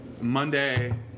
Monday